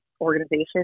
organization